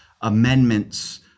amendments